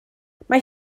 mae